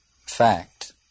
fact